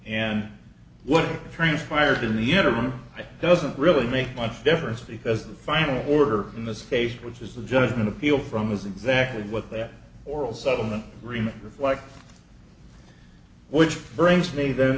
and what transpired in the interim doesn't really make much difference because the final order in this case which is the judgment appeal from is exactly what their oral settlement agreement reflect which brings neithe